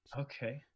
okay